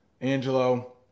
Angelo